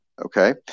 okay